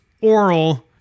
oral